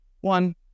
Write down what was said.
One